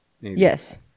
Yes